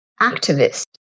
activist